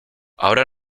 ahora